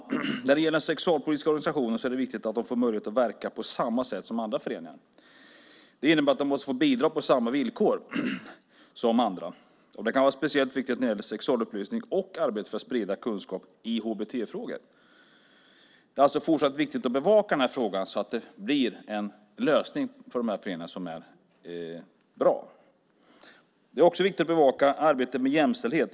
Det är viktigt att de sexualpolitiska organisationerna får möjligheter att verka på samma sätt som andra föreningar. Det innebär att de måste få bidrag på samma villkor som andra. Det kan vara speciellt viktigt när det gäller sexualupplysning och arbetet med att sprida kunskap i HBT-frågor. Det är alltså fortsatt viktigt att bevaka den här frågan, så att det blir en bra lösning för dessa föreningar. Det är också viktigt att bevaka arbetet med jämställdhet.